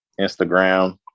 Instagram